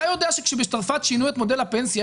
אתה יודע שכאשר בצרפת שינו את מודל הפנסיה,